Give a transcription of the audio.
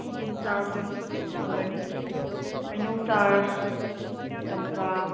ꯎꯝ ꯆꯥꯔꯥ ꯐꯪꯒꯅꯤ ꯍꯩꯅꯧ ꯆꯥꯔꯥ ꯑꯗꯩ ꯆꯝꯄ꯭ꯔꯥ